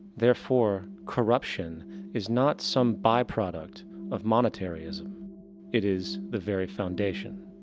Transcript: therefore, corruption is not some byproduct of monetary-ism, it is the very foundation.